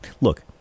Look